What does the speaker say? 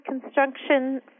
construction